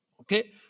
Okay